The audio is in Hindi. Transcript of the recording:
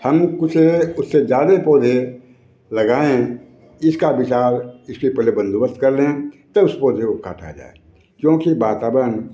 हम कुछ उससे ज़्यादा पौधे लगाऍं इसका विचार इसके पहले बंदोबस्त कर लें तब उसको जो काटा जाए क्योंकि वातावरण